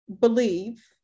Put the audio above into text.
believe